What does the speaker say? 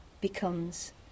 becomes